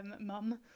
mum